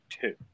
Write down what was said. two